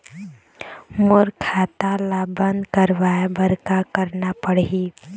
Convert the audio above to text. मोर खाता ला बंद करवाए बर का करना पड़ही?